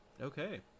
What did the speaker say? Okay